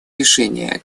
решение